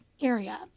area